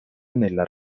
nella